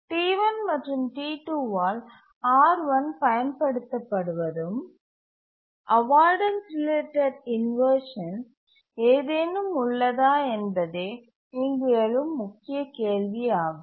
T1 மற்றும் T2 ஆல் R1 பயன்படுத்த படுவதும் அவாய்டன்ஸ் ரிலேட்டட் இன்வர்ஷன் ஏதேனும் உள்ளதா என்பதே இங்கு எழும் முக்கிய கேள்வி ஆகும்